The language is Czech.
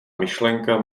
myšlenka